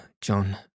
John